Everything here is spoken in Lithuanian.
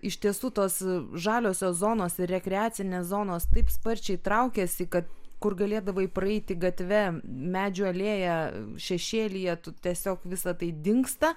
iš tiesų tos žaliosios zonos ir rekreacinės zonos taip sparčiai traukiasi kad kur galėdavai praeiti gatve medžių alėja šešėlyje tu tiesiog visa tai dingsta